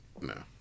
No